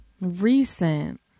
Recent